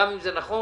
גם אם זה נכון,